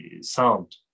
sound